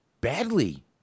badly